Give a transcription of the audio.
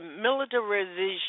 militarization